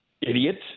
Idiot